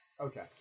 Okay